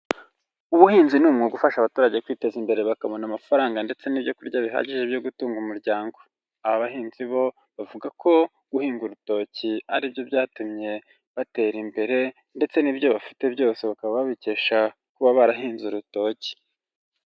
Ubuhinzi ni umwuga ufasha abaturage kwiteza imbere bakabona amafaranga ndetse n'ibyo kurya bihagije byo gutunga umuryango, aba bahinzi bo bavuga ko guhinga urutoki ari byo byatumye batera imbere ndetse n'ibyo bafite byose, bakaba babikesha kuba barahinze urutoki.